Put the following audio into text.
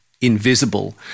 invisible